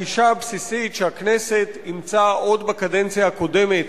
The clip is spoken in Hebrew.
הגישה הבסיסית שהכנסת אימצה עוד בקדנציה הקודמת